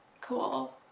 cool